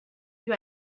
you